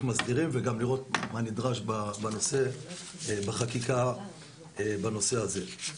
מסדירים, וגם לראות מה נדרש בחקיקה בנושא הזה.